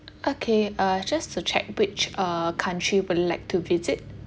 okay uh just to check which uh country would like to visit